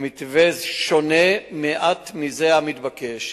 במתווה שונה מעט מזה המתבקש.